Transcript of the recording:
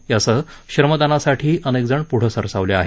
यासह श्रमदानासाठी अनेकजण पुढे सरसावले आहेत